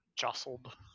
Jostled